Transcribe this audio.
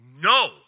no